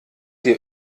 dir